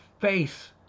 face